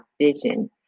vision